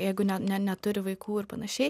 jeigu ne ne neturi vaikų ir panašiai